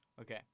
Okay